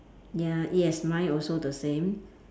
ya yes mine also the same